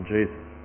Jesus